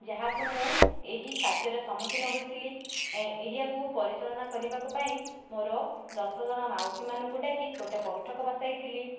ଯାହାକୁ ମୁଁ ଏହି କାର୍ଯ୍ୟର ସମ୍ମୁଖୀନ ହୋଇଥିଲି ଏହାକୁ ପରିଚାଳନା କରିବା ପାଇଁ ମୋର ଦଶ ଜଣ ମାଉସୀମାନଙ୍କୁ ଡାକି ଗୋଟିଏ ବୈଠକ ବସାଇଥିଲି